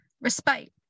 Respite